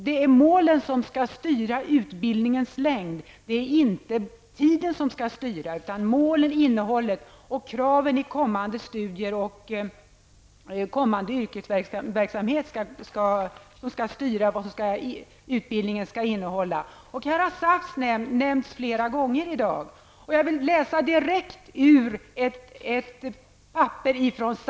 Det är inte utbildningens längd, utan det är målet, kraven i kommande studier och kommande yrkesverksamhet som skall styra vad utbildningen skall innehålla. Det här har nämnts flera gånger i dag, och jag skall därför läsa direkt ur ett dokument från SAF.